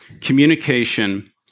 communication